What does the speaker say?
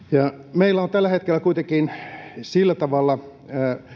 meillä on tällä hetkellä kuitenkin sillä tavalla